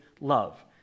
love